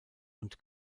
und